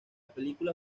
película